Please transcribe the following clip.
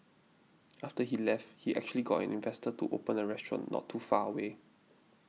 after he left he actually got an investor to open a restaurant not too far away